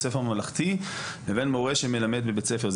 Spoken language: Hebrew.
ספר ממלכתי לבין מורה שמלמד בבית ספר.